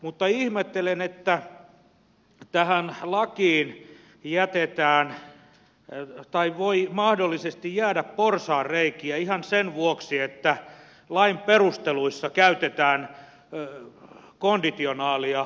mutta ihmettelen että tähän lakiin jätetään tai siihen voi mahdollisesti jäädä porsaanreikiä ihan sen vuoksi että lain perusteluissa käytetään konditionaalia